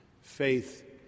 faith